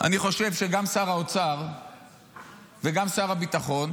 אני חושב שגם שר האוצר וגם שר הביטחון